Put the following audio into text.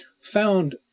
found